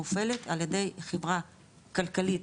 מופעלת על ידי חברה כלכלית